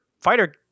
fighter